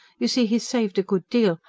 you see, he's saved a good deal,